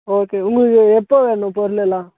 okay உங்களுக்கு எப்போ வேணும் பொருளெல்லாம்